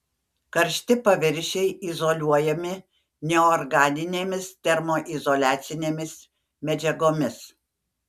karšti paviršiai izoliuojami neorganinėmis termoizoliacinėmis medžiagomis